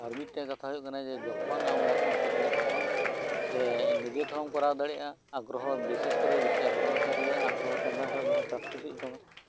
ᱟᱨ ᱢᱤᱫ ᱴᱮᱱ ᱠᱟᱛᱷᱟ ᱦᱳᱭᱳᱜ ᱠᱟᱱᱟ ᱡᱮ ᱡᱚᱠᱷᱚᱱ ᱟᱢᱮᱢ ᱪᱮᱫ ᱠᱮᱫᱟ ᱛᱚᱠᱷᱚᱱ ᱱᱤᱡᱮ ᱛᱮᱸᱦᱚᱢ ᱠᱚᱨᱟᱣ ᱫᱟᱲᱮᱭᱟᱜᱼᱟ ᱟᱜᱽᱜᱨᱚᱦᱚ ᱵᱤᱥᱮᱥ ᱠᱚᱨᱮ ᱟᱜᱽᱜᱨᱚᱦᱚᱸ ᱛᱟᱦᱮᱱ ᱛᱟᱢ ᱠᱷᱟᱱ ᱯᱨᱮᱠᱴᱤᱥ ᱦᱳᱭᱳᱜ ᱛᱟᱢᱟ